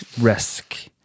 risk